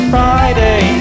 Friday